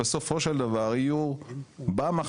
בסופו של דבר יהיו במחלקות,